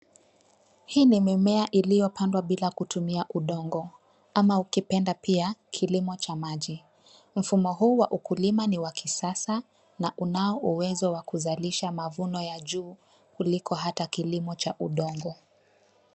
Hii ni mimea iliyopandwa bila kutumia udongo ama ukipenda pia kilimo cha maji. Mfumo huu wa ukulima ni wa kisasa na unao uwezo wa kuzalisha mavuno ya juu kuliko hata kilimo cha udongo.